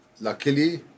luckily